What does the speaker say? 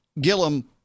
Gillum